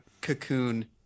cocoon